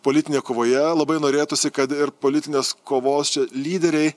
politinėj kovoje labai norėtųsi kad ir politinės čia kovos lyderiai